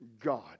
God